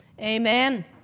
Amen